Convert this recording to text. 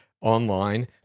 online